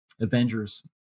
Avengers